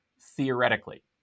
theoretically